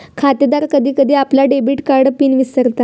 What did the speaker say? खातेदार कधी कधी आपलो डेबिट कार्ड पिन विसरता